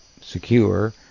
secure